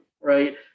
right